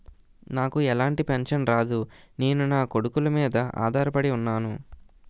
నాకు ఎలాంటి పెన్షన్ రాదు నేను నాకొడుకుల మీద ఆధార్ పడి ఉన్నాను